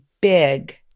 big